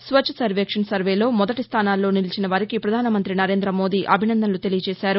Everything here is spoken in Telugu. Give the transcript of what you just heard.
స్వచ్ఛ్ సర్వేక్షణ్ సర్వేలో మొదటి స్టానాల్లో నిలిచిన వారికి ప్రధానమంతి నరేంద్ర మోదీ అభినందనలు తెలిపారు